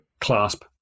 clasp